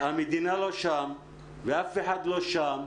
והמדינה לא שם ואף אחד לא שם,